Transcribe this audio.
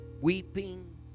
Weeping